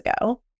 ago